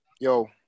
Yo